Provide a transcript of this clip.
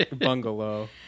bungalow